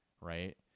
right